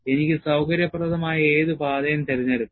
എനിക്ക് സൌകര്യപ്രദമായ ഏതു പാതയും തിരഞ്ഞെടുക്കാം